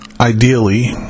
Ideally